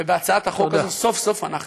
ובהצעת החוק הזאת סוף-סוף אנחנו עושים.